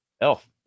elf